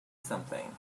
something